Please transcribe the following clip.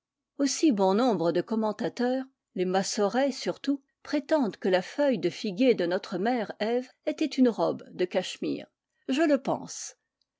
aussi bon nombre de commentateurs les massorets surtout prétendent que la feuille de figuier de notre mère eve était une robe de cachemire je le pense